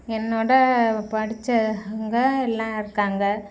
என்னோடு படித்தவங்க எல்லாம் இருக்காங்க